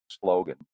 slogan